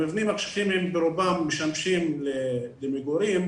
המבנים הקשיחים הם ברובם משמשים למגורים,